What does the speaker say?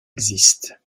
existent